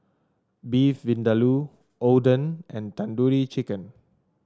Beef Vindaloo Oden and Tandoori Chicken